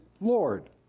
Lord